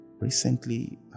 Recently